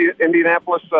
Indianapolis